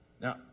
Now